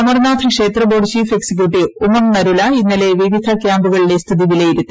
അമർനാഥ് ക്ഷേത്ര board chief executive Umang Narula ഇന്നലെ വിവധ ക്യാമ്പുകളിലെ സ്ഥിതി വിലയിരുത്തി